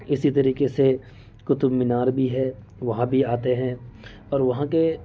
اسی طریقے سے قطب مینار بھی ہے وہاں بھی آتے ہیں اور وہاں کے